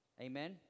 Amen